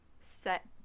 set